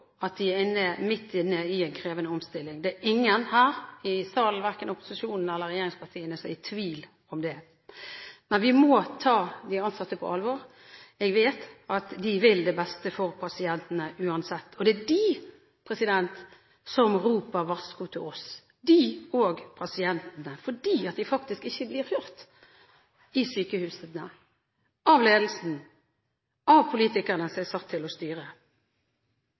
at de er midt inne i en krevende omstilling. Det er ingen her i salen – verken i opposisjonen eller i regjeringspartiene – som er i tvil om det. Men vi må ta de ansatte på alvor. Vi vet at de vil det beste for pasientene uansett. Det er de som roper varsku til oss, de og pasientene, fordi de faktisk ikke blir hørt i sykehusene, av ledelsen og av politikerne som er satt til å styre.